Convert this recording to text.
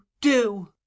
do